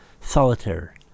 solitaire